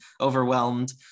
overwhelmed